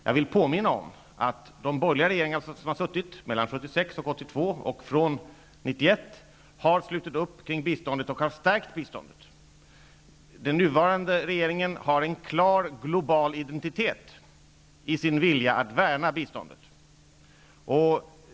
Jag vill påminna om att de borgerliga regeringar som vi har haft mellan 1976 och 1982 och från 1991 har slutit upp kring biståndet och har stärkt det. Den nuvarande regeringen har en klar global identitet i sin vilja att värna biståndet.